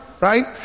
right